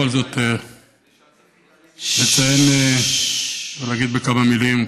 בכל זאת לציין ולהגיד כמה מילים.